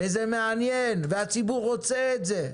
וזה מעניין והציבור רוצה את זה.